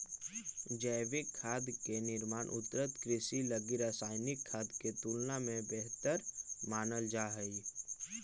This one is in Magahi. जैविक खाद के निर्माण उन्नत कृषि लगी रासायनिक खाद के तुलना में बेहतर मानल जा हइ